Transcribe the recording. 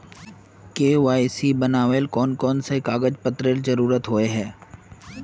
KYC बनावेल कोन कोन कागज पत्र की जरूरत होय है?